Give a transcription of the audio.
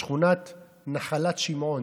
בשכונת נחלת שמעון,